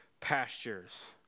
pastures